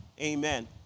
Amen